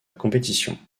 compétition